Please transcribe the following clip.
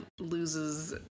loses